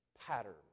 pattern